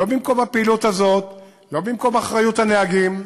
לא במקום הפעילות הזאת, לא במקום אחריות הנהגים,